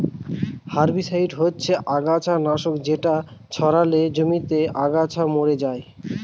herbicide হচ্ছে আগাছা নাশক যেটা ছড়ালে জমিতে আগাছা মরে যায়